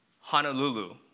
honolulu